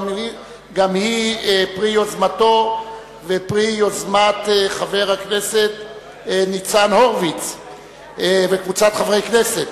גם היא פרי יוזמתו ופרי יוזמת חבר הכנסת ניצן הורוביץ וקבוצת חברי כנסת,